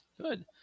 Good